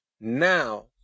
now